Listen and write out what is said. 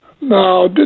No